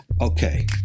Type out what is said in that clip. Okay